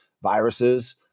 Viruses